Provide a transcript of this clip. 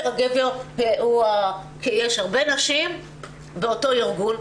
אז הגבר הוא ה- -- כי יש הרבה נשים באותו ארגון,